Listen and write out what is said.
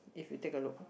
if we take a look